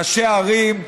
ראשי ערים,